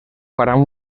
faran